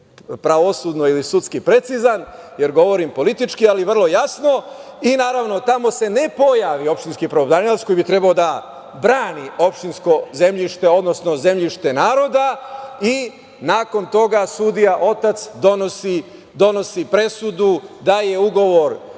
pravosudno ili sudski precizan, jer govorim politički, ali vrlo jasno. Naravno, tamo se ne pojavi opštinski pravobranilac koji bi trebao da brani opštinsko zemljište, odnosno zemljište naroda i nakon toga, sudija otac donosi presudu da je ugovor